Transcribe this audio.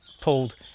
pulled